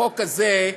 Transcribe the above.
החוק הזה,